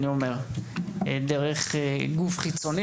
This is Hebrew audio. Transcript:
דרך גוף חיצוני,